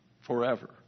forever